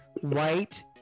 White